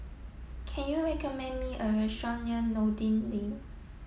can you recommend me a restaurant near Noordin Lane